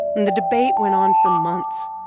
and the debate went on for months.